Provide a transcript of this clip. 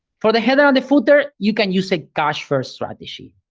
for the header and the footer, you can use a cache-first strategy.